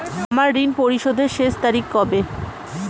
আমার ঋণ পরিশোধের শেষ তারিখ কবে?